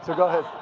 so go ahead.